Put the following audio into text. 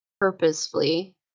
purposefully